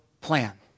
plan